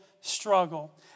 struggle